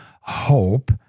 hope